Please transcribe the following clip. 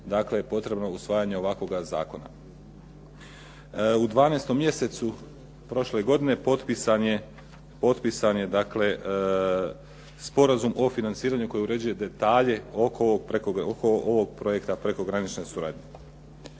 dakle potrebno je usvajanje ovakvoga zakona. U 12. mjesecu prošle godine potpisan je dakle Sporazum o financiranju koji određuje detalje oko ovog projekta prekogranične suradnje.